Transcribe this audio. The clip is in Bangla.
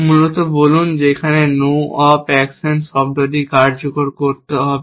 মূলত বলুন যেখানে নো অপ অ্যাকশন শব্দটি কার্যকর করতে হবে